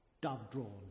dove-drawn